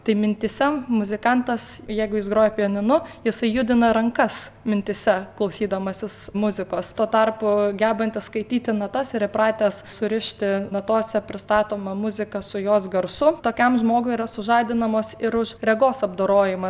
tai mintyse muzikantas jeigu jis groja pianinu jisai judina rankas mintyse klausydamasis muzikos tuo tarpu gebantis skaityti natas ir įpratęs surišti natose pristatomą muziką su jos garsu tokiam žmogui yra sužadinamos ir už regos apdorojimą